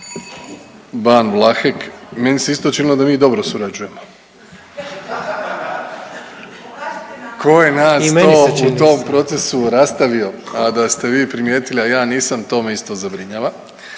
Ban Vlahek. Meni se isto činilo da mi dobro surađujemo. Ko je nas to u tom procesu rastavio, a da ste vi primijetili, a ja nisam to me isto zabrinjava.